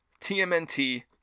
TMNT